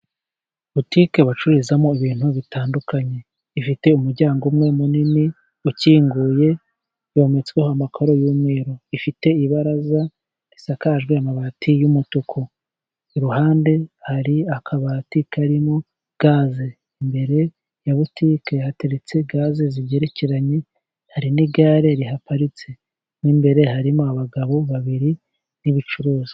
Butike bacururizamo ibintu bitandukanye, ifite umuryango umwe munini ukinguye, ometsweho amakoro y'umweru, ifite ibaraza risakajwe amabati y'umutuku iruhande hari akabati karimo gaze, imbere ya butike hateretse gaze zigerekeranye, hari n'igare rihaparitse mo imbere harimo abagabo babiri n'ibicuruzwa.